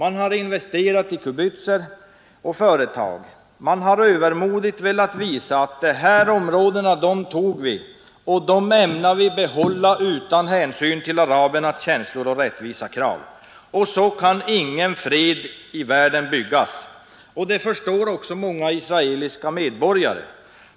Man har investerat i kibbutzer och företag. Israel har övermodigt velat visa att de här områdena tog Israel och dem ämnar man behålla utan hänsyn till arabernas känslor och rättvisa krav. Så kan ingen fred i världen byggas. Det förstår också många israeliska medborgare.